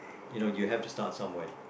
you now you have to start somewhere